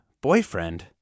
boyfriend